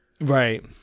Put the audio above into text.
Right